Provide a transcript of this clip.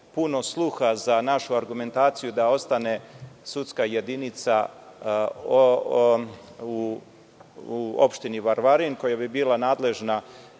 puno sluha za našu argumentaciju da ostane sudska jedinica u opštini Varvarin koja bi bila nadležna,